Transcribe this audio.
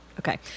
Okay